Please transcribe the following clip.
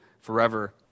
forever